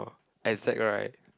oh exact right